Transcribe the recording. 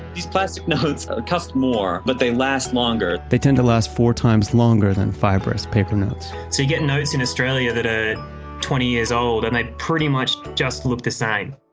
these plastic notes cost more, but they last longer they tend to last four times longer than fibrous paper notes. so you get notes in australia that are ah twenty years old, and they pretty much just look the same.